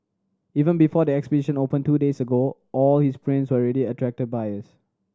even before the exhibition opened two days ago all his prints already attracted buyers